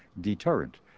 deterrent